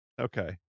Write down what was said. Okay